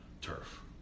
turf